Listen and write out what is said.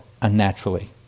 unnaturally